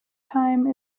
time